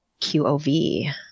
QOV